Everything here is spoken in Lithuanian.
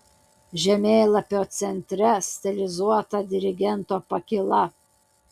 žemėlapio centre stilizuota dirigento pakyla